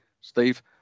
Steve